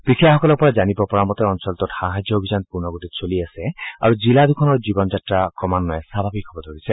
বিষয়াসকলৰ পৰা জানিব পৰা মতে অঞ্চলটোত সাহায্য অভিযান পূৰ্ণ গতিত চলি আছে আৰু জিলা দুখনৰ জীৱন যাত্ৰাও ক্ৰমান্নয়ে স্বাভাৱিক হব ধৰিছে